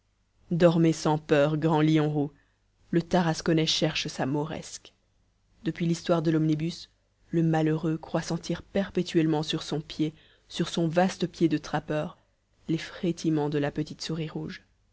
dormez sans peur grands lions roux le tarasconnais cherche sa mauresque depuis l'histoire de l'omnibus le malheureux croit sentir perpétuellement sur son pied sur son vaste pied de trappeur les frétillements de la petite souris rouge